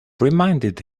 reminded